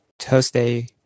Thursday